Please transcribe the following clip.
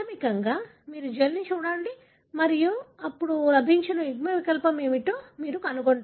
ప్రాథమికంగా మీరు జెల్ని చూడండి మరియు అప్పుడు లభించిన యుగ్మవికల్పం ఏమిటో మీరు కనుగొంటారు